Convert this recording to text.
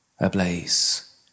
ablaze